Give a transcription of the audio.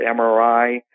MRI